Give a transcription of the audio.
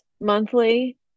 monthly